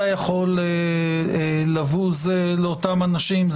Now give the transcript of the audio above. אתה יכול לבוז לאותם אנשים,